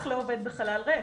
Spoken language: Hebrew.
אח לא עובד בחלל ריק.